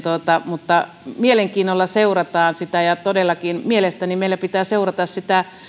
mutta mielenkiinnolla seurataan sitä ja todellakin mielestäni meillä pitää seurata sitä